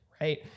right